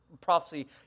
prophecy